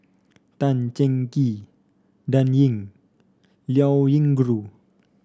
Tan Cheng Kee Dan Ying Liao Yingru